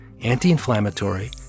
anti-inflammatory